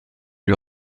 lui